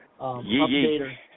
updater